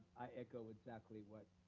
i echo exactly what